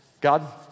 God